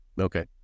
Okay